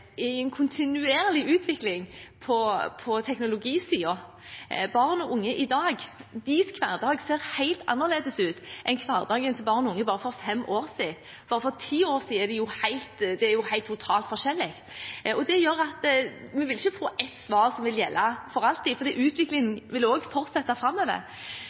en kontinuerlig utvikling. Hverdagen til barn og unge i dag ser helt annerledes ut enn hverdagen til barn og unge for bare fem år siden – og den er totalt forskjellig fra for ti år siden. Det gjør at vi vil ikke få ett svar som vil gjelde for alltid, for utviklingen vil også fortsette framover.